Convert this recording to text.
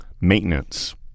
maintenance